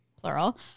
plural